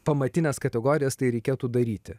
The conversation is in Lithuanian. pamatines kategorijas tai reikėtų daryti